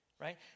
right